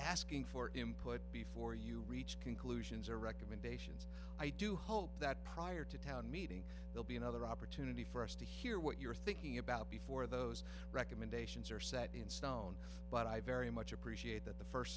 asking for input before you reach conclusions or recommendations i do hope that prior to town meeting will be another opportunity for us to hear what you're thinking about before those recommendations are set in stone but i very much appreciate that the first